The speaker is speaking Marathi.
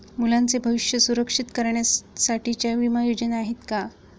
मुलांचे भविष्य सुरक्षित करण्यासाठीच्या विमा योजना आहेत का?